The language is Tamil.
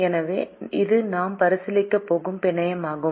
எனவே இது நாம் பரிசீலிக்கப் போகும் பிணையமாகும்